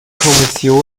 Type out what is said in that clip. kommission